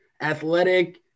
athletic